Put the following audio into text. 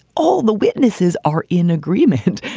all the witnesses are in agreement.